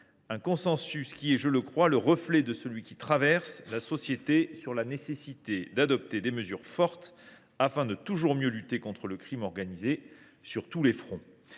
Ce consensus est, je le crois, le reflet de celui qui traverse la société sur la nécessité d’adopter des mesures fortes afin de toujours mieux lutter contre le crime organisé, sur tous les fronts.